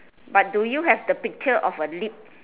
but do you have the picture of a lip